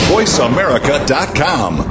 VoiceAmerica.com